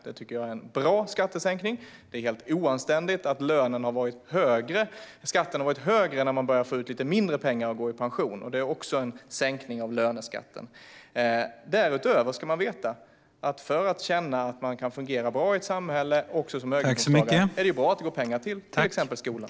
Det tycker jag är en bra skattesänkning - det är helt oanständigt att skatten har varit högre när man går i pension och börjar få ut lite mindre pengar. Det är också en sänkning av löneskatten. Därutöver ska man veta att för att känna att man kan fungera väl i samhället, också som höginkomsttagare, är det bra att det går pengar till exempelvis skolan.